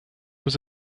was